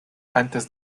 antes